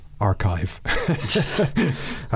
archive